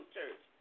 church